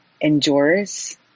endures